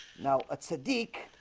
now a siddiq